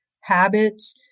habits